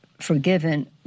forgiven